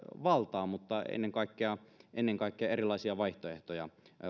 valtaa mutta ennen kaikkea ennen kaikkea erilaisia vaihtoehtoja